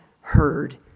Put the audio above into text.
heard